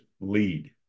lead